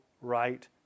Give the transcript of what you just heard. right